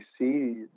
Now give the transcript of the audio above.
see